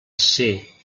ser